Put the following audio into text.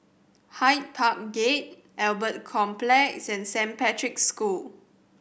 Hyde Park Gate Albert Complex and Saint Patrick's School